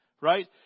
right